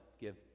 give